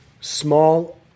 small